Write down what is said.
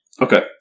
Okay